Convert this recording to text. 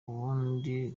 ubundi